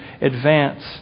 advance